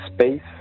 space